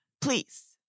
please